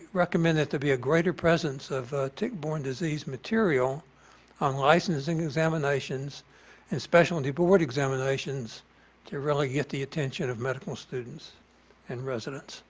recommend it to be a greater presence of tick-borne disease material on licensing examinations, and specialty board examinations to really get the attention of medical students and residents.